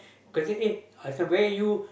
cause I said eh where are you